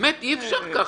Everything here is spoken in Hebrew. באמת עודד, אי אפשר ככה.